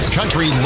Country